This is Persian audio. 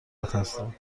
هستند